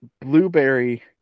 blueberry